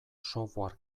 software